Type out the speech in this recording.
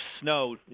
snow